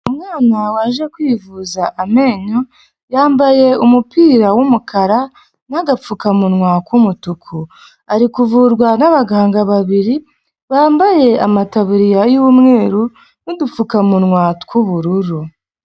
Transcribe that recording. Umwana waje kwivuza amenyo yambaye umupira w'umukara n'agapfukamunwa k'umutuku ari kuvurwa n'abaganga babiri bambaye amatabiririya yu'umweru n'udupfukamunwa tw'ubururu.